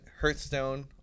Hearthstone